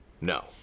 No